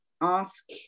ask